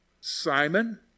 Simon